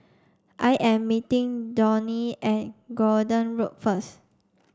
I am meeting Dawne at Gordon Road first